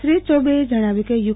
શ્રી યૌબેએ જણાવ્યુ કેટ્યુ